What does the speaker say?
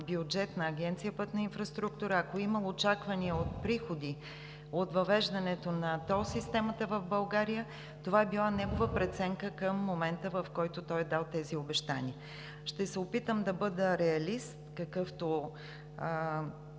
бюджет на Агенция „Пътна инфраструктура“, ако е имал очаквания от приходи от въвеждането на тол системата в България, това е била негова преценка към момента, в който той е дал тези обещания. Ще се опитам да бъда реалист, какъвто